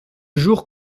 jour